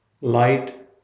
light